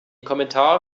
kommentar